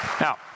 Now